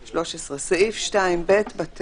אוסאמה, בוא